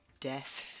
Death